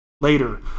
Later